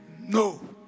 No